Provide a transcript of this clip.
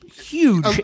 huge –